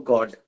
God